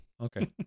Okay